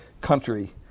country